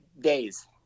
Days